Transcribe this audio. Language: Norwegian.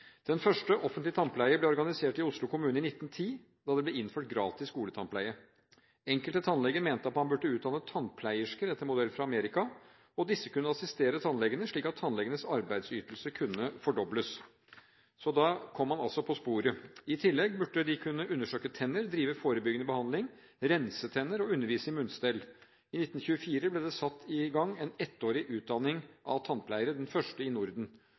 Den første offentlige tannpleie ble organisert i Oslo kommune i 1910, da det ble innført gratis skoletannpleie. Enkelte tannleger mente at man burde utdanne «tandpleiersker» etter modell fra Amerika. Disse kunne assistere tannlegene, slik at tannlegenes arbeidsytelse kunne fordobles. Så da kom man altså på sporet. I tillegg burde de kunne undersøke tenner, drive forebyggende behandling, rense tenner og undervise i munnstell. I 1924 ble det satt i gang en ettårig utdanning av tannpleiere, den første i Norden.